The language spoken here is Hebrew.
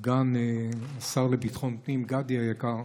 סגן השר לביטחון פנים, גדי היקר,